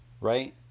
Right